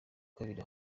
kabiri